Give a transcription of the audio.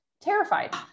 terrified